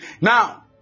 Now